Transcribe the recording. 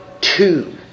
two